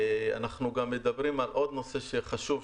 אנחנו גם מדברים על עוד נושא חשוב,